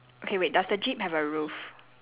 okay wait does the jeep have a roof